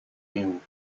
niu